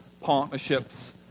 partnerships